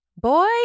Boy